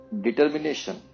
determination